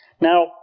Now